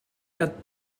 had